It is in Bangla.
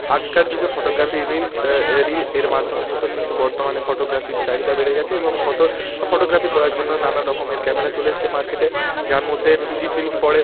আগেকার যুগে ফটোগ্রাফি রিলস রিল এর মাধ্যমে হতো কিন্তু বর্তমানে ফটোগ্রাফির চাহিদা বেড়ে গেছে এবং ফটো ফটোগ্রাফি করার জন্য নানা রকমের ক্যামেরা চলে এসছে মার্কেটে যার মধ্যে ফুজি ফিল্ম পড়ে